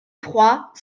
trois